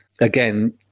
again